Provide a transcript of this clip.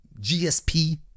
GSP